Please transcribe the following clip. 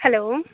hello